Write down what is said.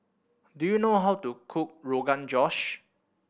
do you know how to cook Rogan Josh